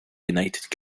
united